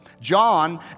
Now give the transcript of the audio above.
John